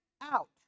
out